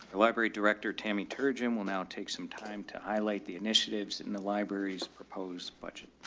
elaborate director tammy turgeon. we'll now take some time to highlight the initiatives in the library's proposed budget.